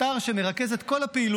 אתר שמרכז את כל הפעילות